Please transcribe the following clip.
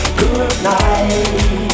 goodnight